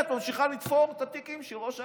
וממשיכה לתפור את התיקים של ראש הממשלה.